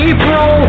April